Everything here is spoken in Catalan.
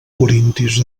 corintis